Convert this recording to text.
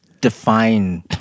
define